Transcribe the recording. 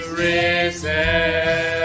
risen